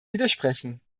widersprechen